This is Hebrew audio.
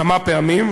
כמה פעמים,